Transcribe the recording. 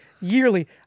yearly